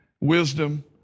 wisdom